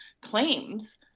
claims